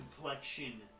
complexion